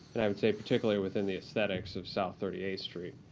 and i would say, particularly within the aesthetics of south thirty eighth street.